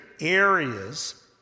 areas